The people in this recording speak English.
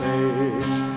age